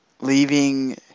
leaving